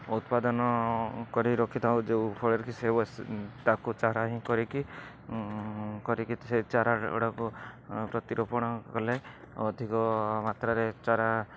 ଉତ୍ପାଦନ କରି ରଖିଥାଉ ଯେଉଁଫଳରେ କି ସେ ଗଛ ତାକୁ ଚାରା ହିଁ କରିକି କରିକି ସେ ଚାରାଗୁଡ଼ାକୁ ପ୍ରତିରୋପଣ କଲେ ଅଧିକ ମାତ୍ରାରେ ଚାରା